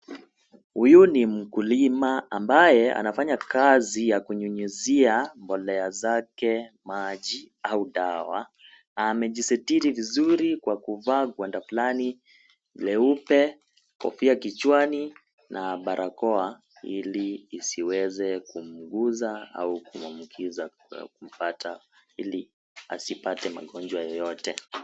Huyu ni mkulima ambaye anafanya kazi ya kunyunyizia mbolea zake maji au dawa. Amejisitiri vizuri kwa kuvaa gwanda fulani leupe, kofia kichwani na barakoa ili isiweze kumuunguza au kumwambukiza ili asipate magonjwa yoyote.